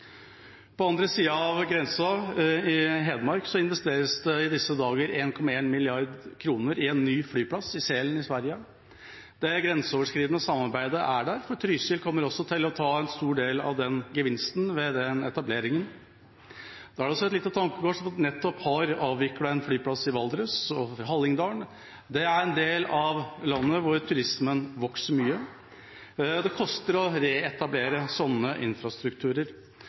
den andre sida av grensa i Hedmark investeres det i disse dager 1,1 mrd. kr i en ny flyplass, i Sälen i Sverige. Det grenseoverskridende samarbeidet er der, for Trysil kommer også til å ta en stor del av gevinsten ved den etableringen. Da er det et lite tankekors at vi nettopp har avviklet en flyplass i Valdres og Hallingdal. Det er en del av landet hvor turismen vokser mye. Det koster å reetablere slike infrastrukturer.